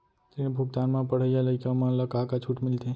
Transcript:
ऋण भुगतान म पढ़इया लइका मन ला का का छूट मिलथे?